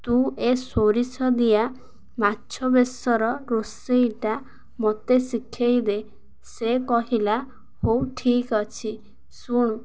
ତୁ ଏ ସୋରିଷ ଦିଆ ମାଛ ବେସର ରୋଷେଇଟା ମୋତେ ଶିଖେଇଦେ ସେ କହିଲା ହଉ ଠିକ୍ ଅଛି ଶୁଣୁ